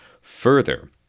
Further